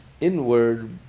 inward